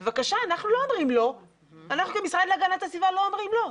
אנחנו, המשרד להגנת הסביבה לא אומרים לא.